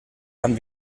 amb